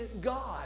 God